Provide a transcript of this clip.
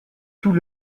tout